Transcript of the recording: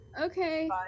Okay